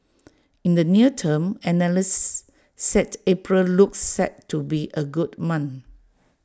in the near term analysts said April looks set to be A good month